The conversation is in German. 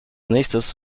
nächstes